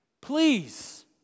Please